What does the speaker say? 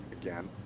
again